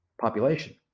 population